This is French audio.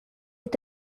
est